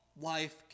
life